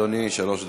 אדוני, שלוש דקות.